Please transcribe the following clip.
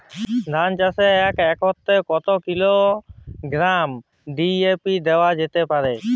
ধান চাষে এক একরে কত কিলোগ্রাম ডি.এ.পি দেওয়া যেতে পারে?